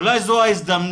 אולי זו ההזדמנות